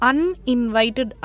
Uninvited